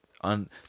On